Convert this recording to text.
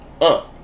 up